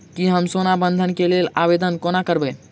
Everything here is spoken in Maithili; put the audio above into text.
की हम सोना बंधन कऽ लेल आवेदन कोना करबै?